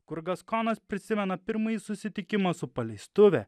kur gaskonas prisimena pirmąjį susitikimą su paleistuve